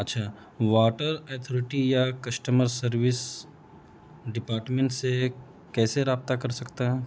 اچھا water authority یا customer service department سے کیسے رابطہ کر سکتا ہے